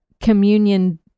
communion